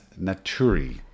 naturi